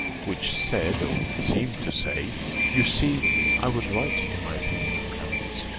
which said or seemed to say you see i was right in my opinion of clarence!